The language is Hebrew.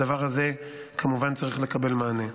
הדבר הזה כמובן צריך לקבל מענה.